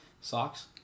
socks